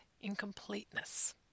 incompleteness